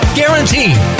guaranteed